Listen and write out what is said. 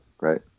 right